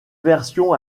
version